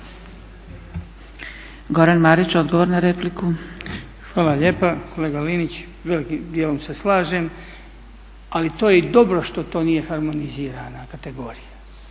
**Marić, Goran (HDZ)** Hvala lijepa. Kolega Linić, s velikim dijelom se slažem, ali to je i dobro što nije harmonizirana kategorija.